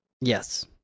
Yes